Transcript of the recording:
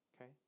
okay